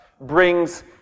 brings